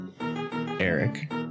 Eric